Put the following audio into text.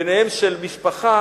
ביניהם של משפחה,